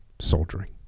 soldiering